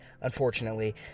unfortunately